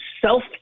self